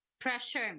pressure